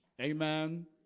amen